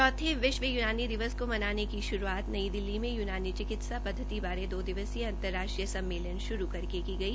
चौथे विश्व यूनानी दिवस के मनाने की श्रूआत आज नई दिल्ली में यूनानी चिकित्सा पद्वति बारे दो दिवसीय अंतर राष्ट्रीय सम्मेलन शुरू करके की गई